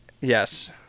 Yes